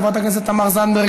חברת הכנסת תמר זנדברג,